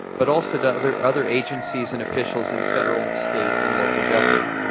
but also to other other agencies and officials in federal, state, and local government.